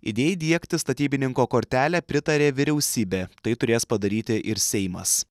idėjai įdiegti statybininko kortelę pritarė vyriausybė tai turės padaryti ir seimas